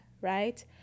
right